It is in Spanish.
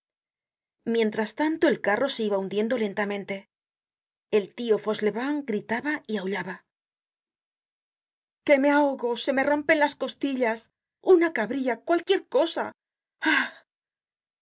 mientras tanto el carro se iba hundiendo lentamente el tio fauchelevent gritaba y ahullaba que me ahogo se me rompen las costillas una cabria cualquier cosa ah